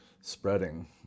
spreading